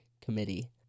committee